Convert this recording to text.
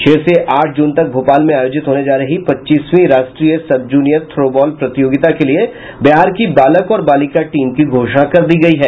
छह से आठ जून तक भोपाल में आयोजित होने जा रही पच्चीसवीं राष्ट्रीय सब जूनियर थ्रो बॉल प्रतियोगिता के लिये बिहार की बालक और बालिका टीम की घोषणा कर दी गयी है